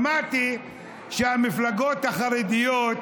שמעתי שהמפלגות החרדיות,